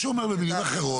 מה שהוא אומר במילים אחרות,